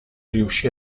riuscì